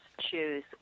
choose